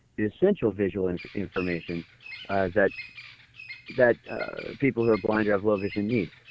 the essential visual and information that that people who are blind or have low vision need.